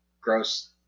gross